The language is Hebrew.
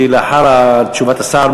כי לאחר תשובת השר,